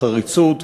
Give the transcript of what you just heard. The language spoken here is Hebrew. בחריצות,